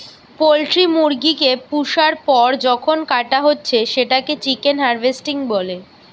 poultry মুরগি কে পুষার পর যখন কাটা হচ্ছে সেটাকে চিকেন হার্ভেস্টিং বলে